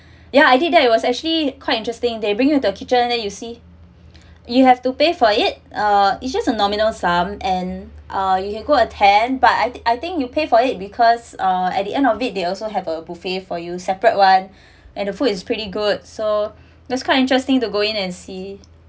ya I did that it was actually quite interesting they bring you to the kitchen then you see you have to pay for it uh it's just a nominal sum and uh you can go attend but I I think you pay for it because uh at the end of it they also have a buffet for you separate one and the food is pretty good so that's quite interesting to go in and see